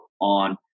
on